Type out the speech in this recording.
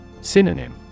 Synonym